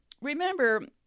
remember